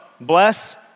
bless